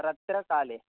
रात्रिकाले